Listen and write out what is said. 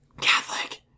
Catholic